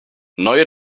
neue